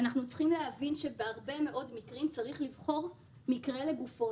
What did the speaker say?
אנחנו צריכים להבין שבהרבה מאוד מקרים צריך לבחור מקרה לגופו.